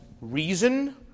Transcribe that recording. reason